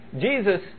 Jesus